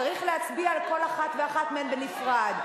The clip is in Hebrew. צריך להצביע על כל אחת ואחת מהן בנפרד,